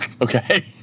Okay